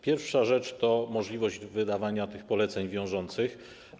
Pierwsza rzecz to możliwość wydawania tych poleceń wiążących.